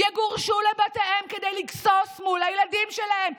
יגורשו לבתיהם כדי לגסוס מול הילדים שלהם.